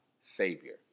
Savior